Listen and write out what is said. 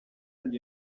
agli